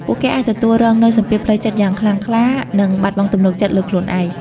ពួកគេអាចទទួលរងនូវសម្ពាធផ្លូវចិត្តយ៉ាងខ្លាំងក្លា និងបាត់បង់ទំនុកចិត្តលើខ្លួនឯង។